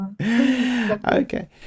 okay